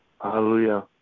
Hallelujah